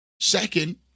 Second